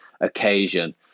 occasion